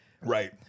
right